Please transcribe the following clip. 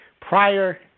prior